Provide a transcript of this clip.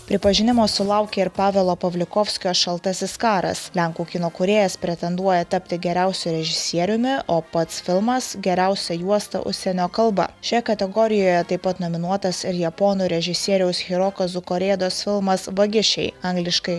pripažinimo sulaukė ir pavelo pavlikovskio šaltasis karas lenkų kino kūrėjas pretenduoja tapti geriausiu režisieriumi o pats filmas geriausia juosta užsienio kalba šioje kategorijoje taip pat nominuotas ir japonų režisieriaus hirokazu korėdos filmas vagišiai angliškai